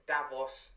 Davos